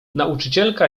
nauczycielka